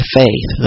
faith